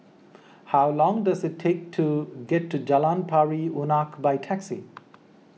how long does it take to get to Jalan Pari Unak by taxi